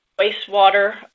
wastewater